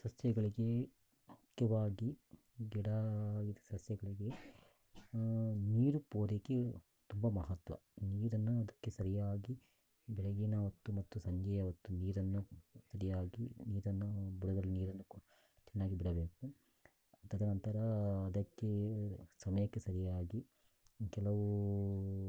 ಸಸ್ಯಗಳಿಗೆ ಮುಖ್ಯವಾಗಿ ಗಿಡ ಇದು ಸಸ್ಯಗಳಿಗೆ ನೀರು ಪೂರೈಕೆಯು ತುಂಬ ಮಹತ್ವ ನೀರನ್ನು ಅದಕ್ಕೆ ಸರಿಯಾಗಿ ಬೆಳಗಿನ ಹೊತ್ತು ಮತ್ತು ಸಂಜೆಯ ಹೊತ್ತು ನೀರನ್ನು ಸರಿಯಾಗಿ ನೀರನ್ನು ಬುಡದಲ್ಲಿ ನೀರನ್ನು ಕೊ ಚೆನ್ನಾಗಿ ಬಿಡಬೇಕು ತದನಂತರ ಅದಕ್ಕೆ ಸಮಯಕ್ಕೆ ಸರಿಯಾಗಿ ಕೆಲವು